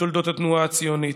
בתולדות התנועה הציונית.